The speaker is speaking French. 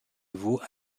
vous